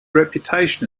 reputation